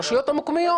את הרשויות המקומיות.